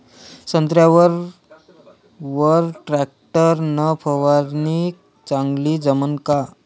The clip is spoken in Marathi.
संत्र्यावर वर टॅक्टर न फवारनी चांगली जमन का?